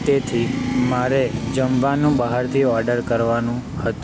તેથી મારે જમવાનું બહારથી ઓર્ડર કરવાનું હતું